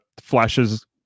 flashes